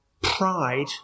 pride